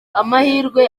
amahirwe